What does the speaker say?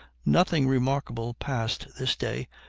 nothing remarkable passed this day,